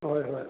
ꯍꯣꯏ ꯍꯣꯏ